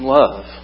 love